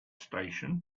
station